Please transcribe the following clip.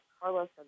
Carlos